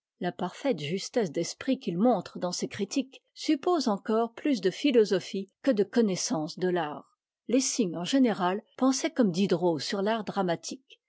la parfaite justesse d'esprit qu'il montre dans ces critiques suppose encore plus de philosophie que de connaissance de l'art lessing en général pensait comme diderot sur l'art dramatique